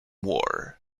war